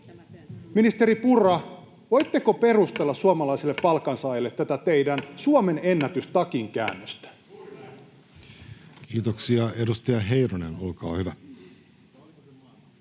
koputtaa] voitteko perustella suomalaisille palkansaajille tätä teidän Suomen-ennätystakinkäännöstä? Kiitoksia. — Edustaja Heinonen, olkaa hyvä.